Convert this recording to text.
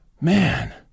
man